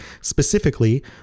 specifically